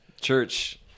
Church